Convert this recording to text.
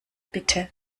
bitte